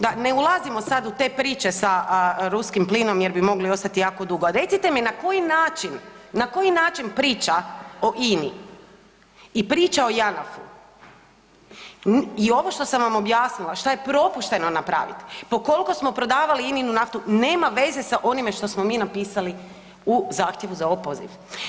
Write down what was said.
Da ne ulazimo sad u te priče sa ruskim plinom jer bi mogli ostati jako dugo, recite mi koji način, na koji način priča o INI i priča o JANAFU i ovo što sam vam objasnila šta je propušteno napraviti po koliko smo prodavali ININU naftu, nema veze sa onime što smo mi napisali u zahtjevu za opoziv.